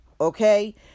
Okay